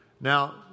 Now